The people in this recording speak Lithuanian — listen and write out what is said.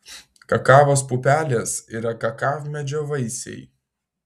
kakavos pupelės yra kakavmedžio vaisiai